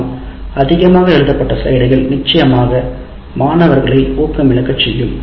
ஆனால் அதிகமாக எழுதப்பட்ட ஸ்லைடுகள் நிச்சயமாக மாணவர்களை ஊக்கம் இழக்க செய்யும்